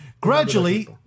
Gradually